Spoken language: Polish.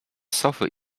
sofy